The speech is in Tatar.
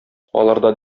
аларда